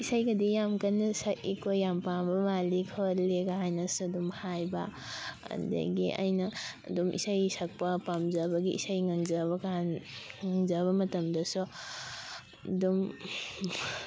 ꯏꯁꯩꯒꯗꯤ ꯌꯥꯝ ꯀꯟꯅ ꯁꯛꯏꯀꯣ ꯌꯥꯝ ꯄꯥꯝꯕ ꯃꯥꯜꯂꯤ ꯈꯣꯠꯂꯤ ꯀꯥꯏꯅꯁꯨ ꯑꯗꯨꯝ ꯍꯥꯏꯕ ꯑꯗꯨꯗꯒꯤ ꯑꯩꯅ ꯑꯗꯨꯝ ꯏꯁꯩ ꯁꯛꯄ ꯄꯥꯝꯖꯕꯒꯤ ꯏꯁꯩ ꯉꯪꯖꯕꯀꯥꯟ ꯉꯪꯖꯕ ꯃꯇꯝꯗꯁꯨ ꯑꯗꯨꯝ